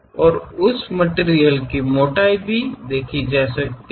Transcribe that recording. और उस मटिरियल की मोटाई भी देखी जा सकती है